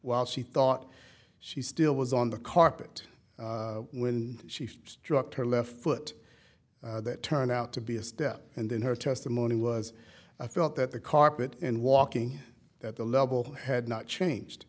while she thought she still was on the carpet when she struck her left foot that turned out to be a step and then her testimony was i felt that the carpet in walking at the level had not changed